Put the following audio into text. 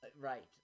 Right